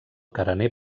carener